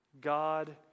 god